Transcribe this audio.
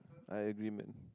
I agree man